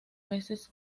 meses